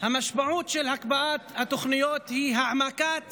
המשמעות של הקפאת התוכניות היא העמקת